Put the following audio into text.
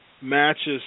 matches